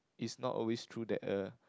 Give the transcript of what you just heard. it's not always true that uh